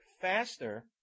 faster